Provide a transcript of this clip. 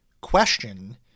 question